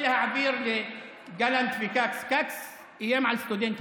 אני רוצה להבהיר לגלנט וכץ: כץ איים על סטודנטים.